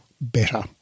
better